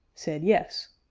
said yes,